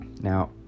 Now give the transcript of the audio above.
Now